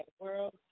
world